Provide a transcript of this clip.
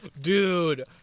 dude